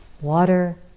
Water